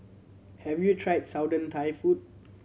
have you tried Southern Thai food